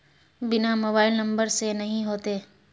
बिना mobile number से नहीं होते?